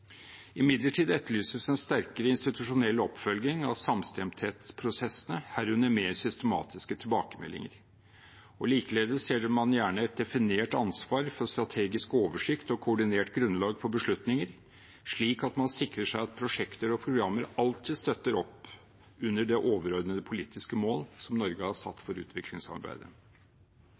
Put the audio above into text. Imidlertid etterlyses en sterkere institusjonell oppfølging av samstemthetprosessene, herunder mer systematiske tilbakemeldinger. Likeledes ser man gjerne et definert ansvar for strategisk oversikt og koordinert grunnlag for beslutninger, slik at man sikrer seg at prosjekter og programmer alltid støtter opp under det overordnede politiske mål som Norge har satt for utviklingssamarbeidet.